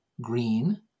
green